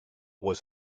was